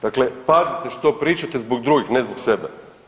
Dakle, pazite što pričate zbog drugih, ne zbog sebe.